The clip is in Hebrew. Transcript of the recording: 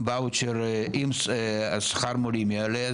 אם שכר מורים יעלה,